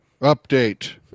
Update